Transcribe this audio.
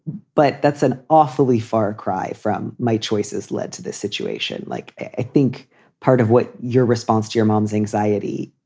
but that's an awfully far cry from my choices led to this situation. like i think part of what your response to your mom's anxiety,